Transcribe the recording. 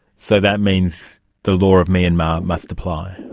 so that means the law of myanmar must apply.